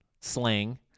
slang